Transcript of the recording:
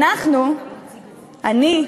אנחנו, אני,